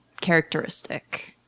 characteristic